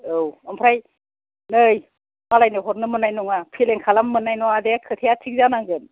औ आमफ्राय नै मालायनो हरनो मोननाय नङा फेलें खालामनो मोननाय नङा दे खोथाया थिख जानांगोन